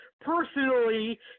personally